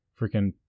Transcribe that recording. freaking